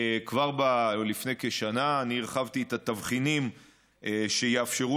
כבר לפני כשנה הרחבתי את התבחינים שיאפשרו